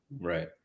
right